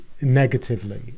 negatively